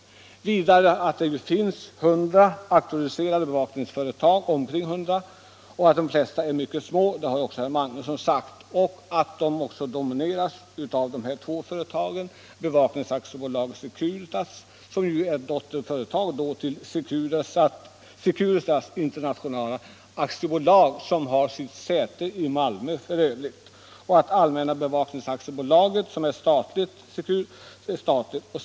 I Sverige finns f.n. ca 100 bevakningsföretag. De flesta är mycket små — det har även herr Magnusson sagt. De två största är Bevaknings AB Securitas, som ju är ett dotterbolag till Securitas International AB, vilket har sitt säte i Malmö, och Allmänna Bevaknings AB, som är ett statligt bolag.